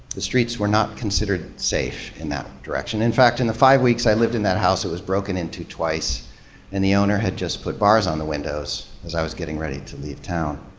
the streets were not considered safe in that direction. in fact, in the five weeks i lived in that house it was broken into twice and the owner had just put bars on the windows as i was getting ready to leave town.